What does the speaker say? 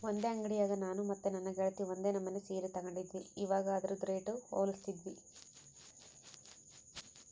ಒಂದೇ ಅಂಡಿಯಾಗ ನಾನು ಮತ್ತೆ ನನ್ನ ಗೆಳತಿ ಒಂದೇ ನಮನೆ ಸೀರೆ ತಗಂಡಿದ್ವಿ, ಇವಗ ಅದ್ರುದು ರೇಟು ಹೋಲಿಸ್ತಿದ್ವಿ